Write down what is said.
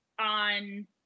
on